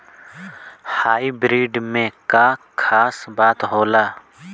Hybrid में का खास बात होला?